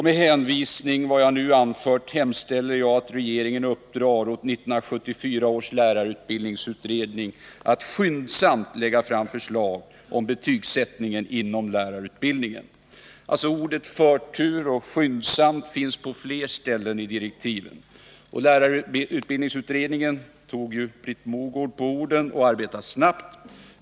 Med hänvisning till vad jag nu har anfört hemställer jag att regeringen uppdrar åt 1974 års lärarutbildningsutredning att skyndsamt lägga fram förslag om betygsättningen inom lärarutbildningen —--". Orden ”förtur” och ”skyndsamt” finns på flera ställen i tilläggsdirektiven till lärarutbildningsutredningen. Och lärarutbildningsutredningen tog Britt Mogård på orden och arbetade snabbt.